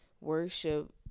worship